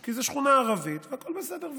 כי זו שכונה ערבית והכול בסדר.